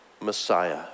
Messiah